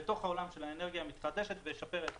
לתוך העולם של האנרגיה המתחדשת ולשפר את